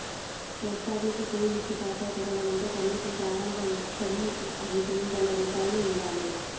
post office savings ఖాతా తెరవాలంటే కనీస ప్రారంభ మొత్తం ఐదొందల రూపాయలు ఉండాలె